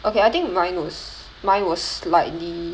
okay I think mine was mine was slightly